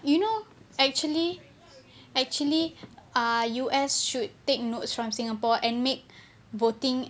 you know actually actually ah U_S should take notes from singapore and make voting